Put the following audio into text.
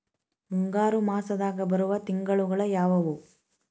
ಮುಂಗಾರು ಮಾಸದಾಗ ಬರುವ ತಿಂಗಳುಗಳ ಯಾವವು?